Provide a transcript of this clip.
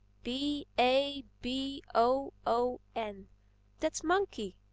b a b o o n that's monkey.